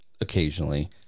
occasionally